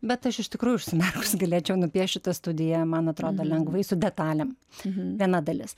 bet aš iš tikrųjų užsimerkus galėčiau nupiešt šitą studiją man atrodo lengvai su detalėm viena dalis